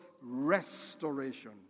restoration